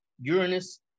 Uranus